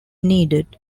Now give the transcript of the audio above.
needed